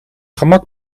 gemak